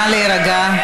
נא להירגע.